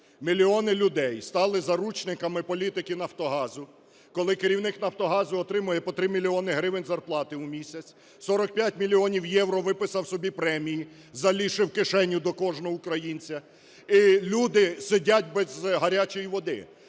Мільйони людей стали заручниками політики "Нафтогазу", коли керівник "Нафтогазу" отримує по 3 мільйони гривень зарплати в місяць, 45 мільйонів євро виписав собі премії, залізши в кишеню до кожного українця! І люди сидять без гарячої води!